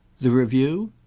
the review?